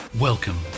Welcome